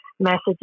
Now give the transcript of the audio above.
messages